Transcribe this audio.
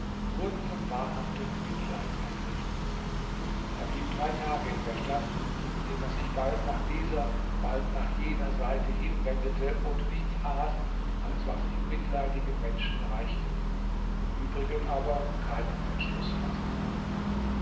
wurden von wahrhaftem mitleid ergriffen er blieb drei tage in der stadt indem er sich bald nach dieser bald nach jener seite hin wendete und nichts aß als was ihm mitleidige menschen reichten im übrigen aber keinen entschluß faßte